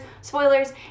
spoilers